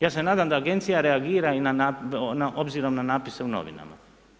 Ja se nadam da agencija reagira obzirom na napise u novinama.